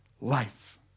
life